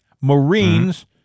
Marines